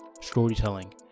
storytelling